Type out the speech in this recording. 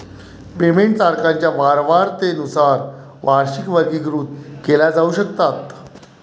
payment तारखांच्या वारंवारतेनुसार वार्षिकी वर्गीकृत केल्या जाऊ शकतात